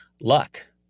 luck